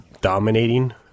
Dominating